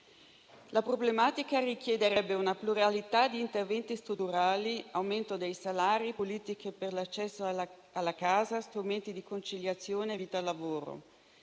La problematica richiederebbe una pluralità di interventi strutturali: aumento dei salari, politiche per l'accesso alla casa, strumenti di conciliazione vita-lavoro.